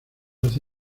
hace